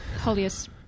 holiest